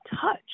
touch